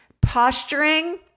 Posturing